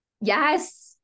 Yes